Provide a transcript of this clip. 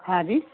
हाँ जी